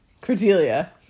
Cordelia